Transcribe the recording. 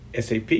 SAP